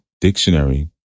Dictionary